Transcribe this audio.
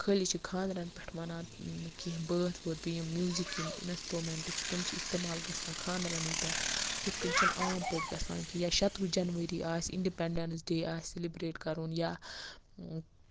خٲلی چھِ خاندرَن پٮ۪ٹھ وَنان نہٕ کیٚنہہ بٲتھ وٲتھ بیٚیہِ یِم میوٗزِک یِم اِنسٹروٗمینٹہٕ چھِ تٔمۍ چھِ استعمال گژھان خاندرَنٕے پٮ۪ٹھ ہُتھ کٔنۍ چھنہٕ عام پٲٹھۍ گژھان یا شَتوُہ جَنؤری آسہِ اِنڈِپینڈیس ڈے آسہِ سیلِبریٹ کَرُن یا